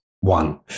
one